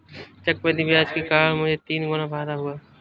चक्रवृद्धि ब्याज के कारण मुझे तीन गुना फायदा हुआ